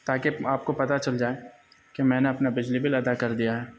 تاکہ آپ کو پتا چل جائے کہ میں نے اپنا بجلی بل ادا کر دیا ہے